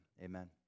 amen